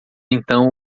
então